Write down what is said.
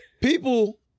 People